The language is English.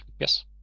yes